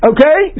Okay